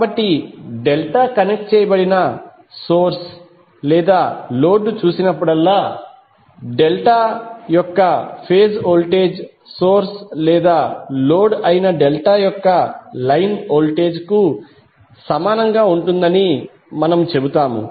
కాబట్టి delta connect చేయబడిన source లేదా లోడ్ ను చూసినప్పుడల్లా డెల్టా యొక్క ఫేజ్ వోల్టేజ్ సోర్స్ లేదా లోడ్ అయిన డెల్టా యొక్క లైన్ వోల్టేజ్ కు సమానంగా ఉంటుందని మనము చెబుతాము